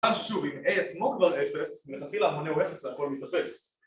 ...ששוב אם a עצמו כבר 0, מלכתחילה המונה הוא 0 והכל מתאפס